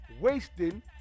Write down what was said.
wasting